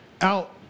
Out